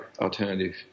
alternative